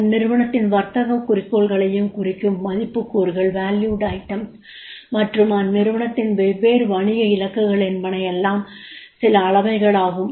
அந்நிறுவனத்தின் வர்த்தகக் குறிக்கோள்களைக் குறிக்கும் மதிப்புக்கூறுகள் மற்றும் அந்நிறுவனத்தின் வெவ்வேறு வணிக இலக்குகள் என்ன என்பனவெல்லாம் சில அளவைகளாகும்